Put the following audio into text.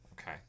Okay